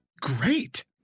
great